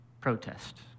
protest